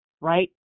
right